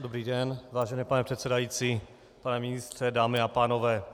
Dobrý den, vážený pane předsedající, pane ministře, dámy a pánové.